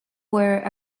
were